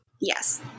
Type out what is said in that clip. Yes